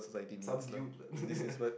some dude lah